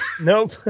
Nope